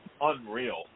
unreal